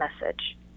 message